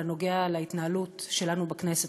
אלא נוגע בהתנהלות שלנו בכנסת,